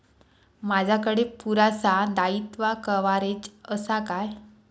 माजाकडे पुरासा दाईत्वा कव्हारेज असा काय?